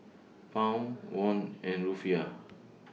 Pound Won and Rufiyaa